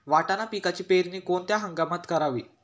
वाटाणा पिकाची पेरणी कोणत्या हंगामात करावी?